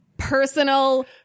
personal